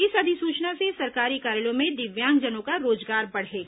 इस अधिसूचना से सरकारी कार्यालयों में दिव्यांगजनों का रोजगार बढ़ेगा